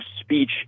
speech